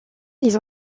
les